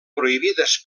prohibides